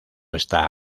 está